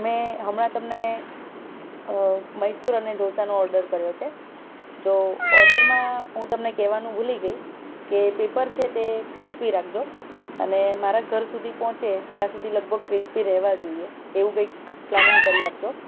મેં હમણાં તમને મૈસુર અને ઢોંસાનો ઓડર કર્યો છે જો ઓડરમાં હું તમને કહેવાનું ભૂલી ગઈ કે પેપર છે તે ક્રિસ્પી રાખજો અને મારા ઘર સુધી પહોંચે ત્યાં સુધી લગભગ ક્રિસ્પી રહેવા જોઈએ એવું કંઈક પ્લાનિંગ કરી આપજો